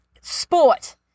sport